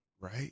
Right